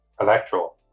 Electro